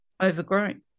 overgrown